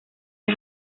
del